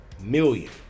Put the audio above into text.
million